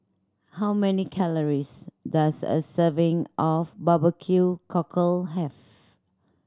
how many calories does a serving of barbecue cockle have